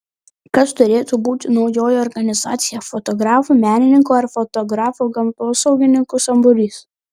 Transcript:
kas turėtų būti naujoji organizacija fotografų menininkų ar fotografų gamtosaugininkų sambūris